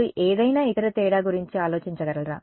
మీరు ఏదైనా ఇతర తేడా గురించి ఆలోచించగలరా